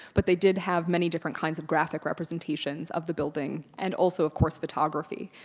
but they did have many different kinds of graphic representations of the building and also of course photography.